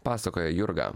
pasakoja jurga